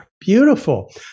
Beautiful